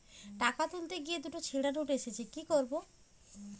টাকা তুলতে গিয়ে দুটো ছেড়া নোট এসেছে কি করবো?